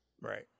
Right